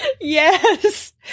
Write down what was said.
Yes